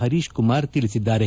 ಹರೀಶ್ ಕುಮಾರ್ ತಿಳಿಸಿದ್ದಾರೆ